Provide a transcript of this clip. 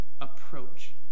approach